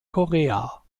korea